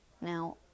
Now